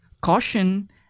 caution